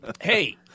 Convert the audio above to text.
Hey